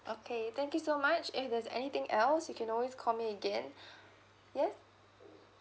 okay thank you so much if there's anything else you can always call me again yes